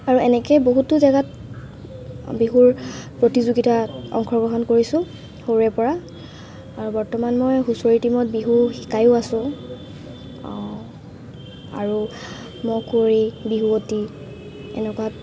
আৰু এনেকেই বহুতো জেগাত বিহুৰ প্ৰতিযোগিতাত অংশগ্ৰহণ কৰিছোঁ সৰুৰে পৰা আৰু বৰ্তমান মই হুঁচৰি টিমত বিহু শিকায়ো আছোঁ আৰু মৌ কুঁৱৰী বিহুৱতী এনেকুৱাত